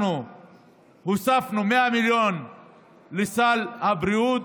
אנחנו הוספנו 100 מיליון לסל הבריאות.